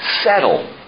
settle